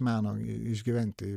meno išgyventi